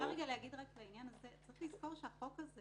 צריך לזכור שהחוק הזה